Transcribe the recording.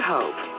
Hope